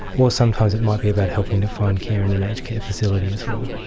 or sometimes it might be about helping to find care in an aged care facility as well.